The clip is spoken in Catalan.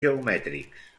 geomètrics